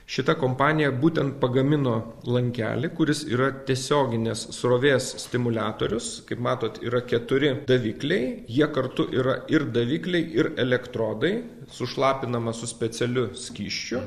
šita kompanija būtent pagamino lankelį kuris yra tiesioginės srovės stimuliatorius kaip matot yra keturi davikliai jie kartu yra ir davikliai ir elektrodai sušlapinama su specialiu skysčiu